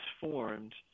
formed